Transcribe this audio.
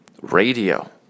radio